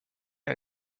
née